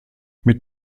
mit